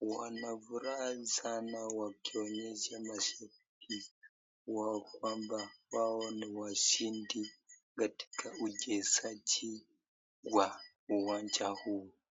wana furaha sana wakionyesha mashabiki wao kwamba wao ni washindi katika uchezaji uwanja huu.